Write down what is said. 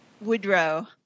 Woodrow